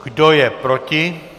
Kdo je proti?